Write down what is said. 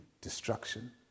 destruction